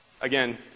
Again